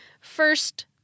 First